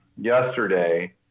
yesterday